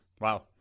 Wow